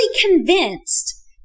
convinced